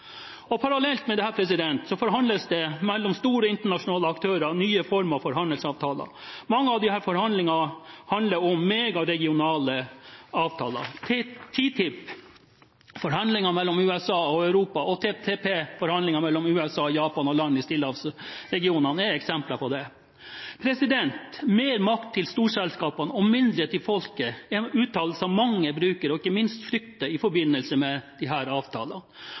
markedsfordeler. Parallelt med dette forhandles det mellom store internasjonale aktører om nye former for handelsavtaler. Mange av disse forhandlingene handler om megaregionale avtaler. TTIP, forhandlinger mellom USA og Europa, og TPP, forhandlinger mellom USA, Japan og land i stillehavsregionen er eksempler på det. Mer makt til storselskapene og mindre til folket er en uttalelse mange bruker og ikke minst frykter i forbindelse med disse avtalene.